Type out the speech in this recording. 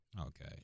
Okay